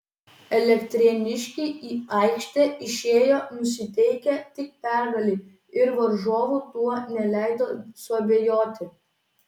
elektrėniškiai į aikštę išėjo nusiteikę tik pergalei ir varžovui tuo neleido suabejoti